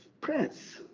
press